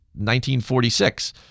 1946